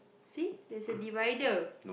see there's a divider